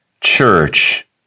Church